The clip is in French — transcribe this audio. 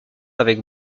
avec